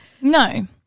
No